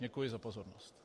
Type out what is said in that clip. Děkuji za pozornost.